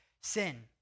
sin